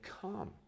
Come